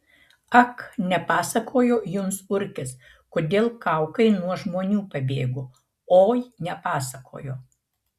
ak nepasakojo jums urkis kodėl kaukai nuo žmonių pabėgo oi nepasakojo